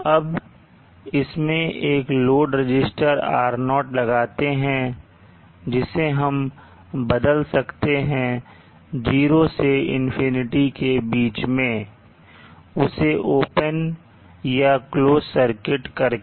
अब इसमें एक लोड रजिस्टर R0 लगाते हैं जिसे हम बदल सकते हैं 0 से इनफिनिटी के बीच में उसे ओपन या क्लोज सर्किट करके